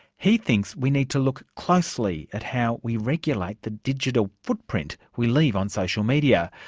he thinks we need to look closely at how we regulate the digital footprint we leave on social media,